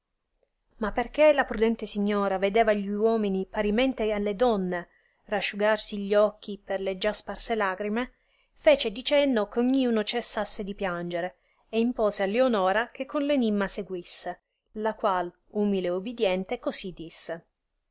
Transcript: ma perchè la prudente signora vedeva gli uomini parimente e le donne rasciugarsi gli occhi per le già sparse lagrime fece di cenno che ogniuno cessasse di piangere e impose a lionora che con l enimma seguisse la qual umile e ubidiente così disse